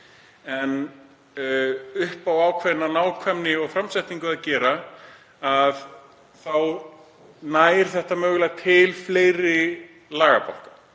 en upp á ákveðna nákvæmni og framsetningu að gera þá nær þetta mögulega til fleiri lagabálka